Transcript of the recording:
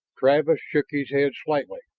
travis shook his head slightly.